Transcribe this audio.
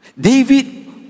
David